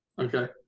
Okay